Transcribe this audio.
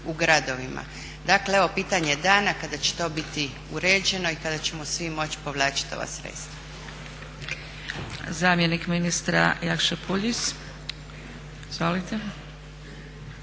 u gradovima. Dakle evo pitanje dana kada će to biti uređeno i kada ćemo svi moći povlačiti ova sredstva.